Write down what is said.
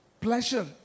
Pleasure